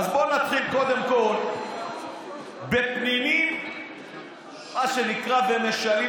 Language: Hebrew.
בין הרשויות ויצירת איזונים ובלמים במערכת אכיפת